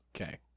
Okay